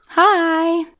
Hi